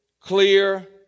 clear